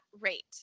rate